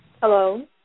Hello